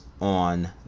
on